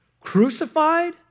crucified